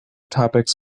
topics